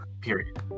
Period